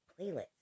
playlist